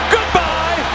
Goodbye